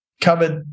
covered